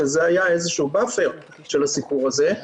שזה היה איזשהו באפר של הסיפור הזה.